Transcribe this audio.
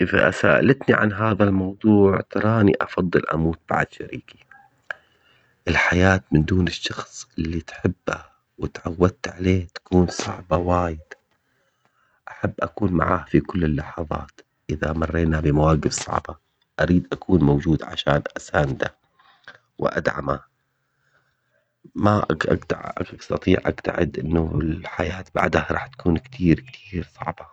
اذا سألتني عن هذا الموضوع تراني افضل اموت بعد شريكي. الحياة من دون الشخص اللي تحبه وتعودت عليه تكون صعبة وايد. احب اكون معاه في كل اللحظات اذا مرينا بمواقف صعبة. اريد اكون موجود عشان اسانده وادعمه. ما استطيع ابتعد انه الحياة بعدها راح تكون كتير كتير صعبة